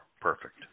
perfect